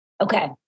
Okay